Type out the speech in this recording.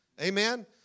Amen